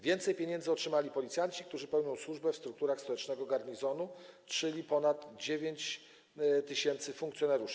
Więcej pieniędzy otrzymali policjanci, którzy pełnią służbę w strukturach stołecznego garnizonu, czyli ponad 9 tys. funkcjonariuszy.